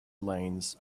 lanes